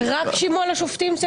רק על שימוע לשופטים?